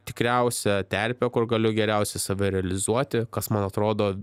tikriausia terpė kur galiu geriausiai save realizuoti kas man atrodo